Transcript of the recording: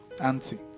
auntie